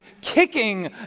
kicking